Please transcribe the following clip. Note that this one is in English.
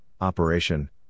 operation